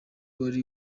wari